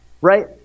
right